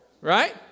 right